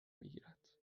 میگیرد